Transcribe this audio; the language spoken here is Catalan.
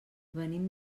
venim